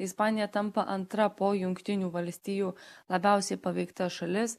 ispanija tampa antra po jungtinių valstijų labiausiai paveikta šalis